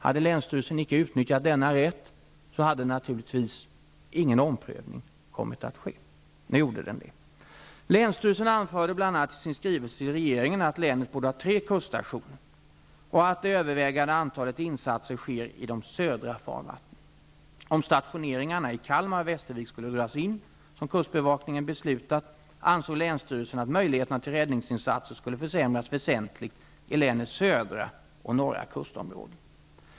Hade inte länsstyrelsen utnyttjat denna rätt hade naturligtvis ingen omprövning kommit att ske. Nu gjorde den det. Länsstyrelsen anförde bl.a. i sin skrivelse till regeringen att länet borde ha tre kuststationer och att det övervägande antalet insatser sker i de södra farvattnen. Om stationeringarna i Kalmar och Västervik skulle dras in, som kustbevakningen beslutat, ansåg länsstyrelsen att möjligheterna till räddningsinsatser skulle försämras väsentligt i länets södra och norra kustområden.